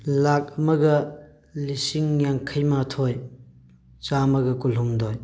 ꯂꯥꯛ ꯑꯃꯒ ꯂꯤꯁꯤꯡ ꯌꯥꯡꯈꯩ ꯃꯥꯊꯣꯏ ꯆꯥꯝꯃꯒ ꯀꯨꯟꯍꯨꯝꯗꯣꯏ